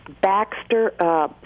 Baxter